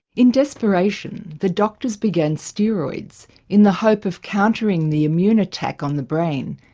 in desperation the doctors began steroids in the hope of countering the immune attack on the brain,